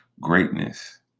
Greatness